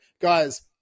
guys